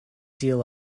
deal